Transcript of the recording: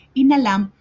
inalam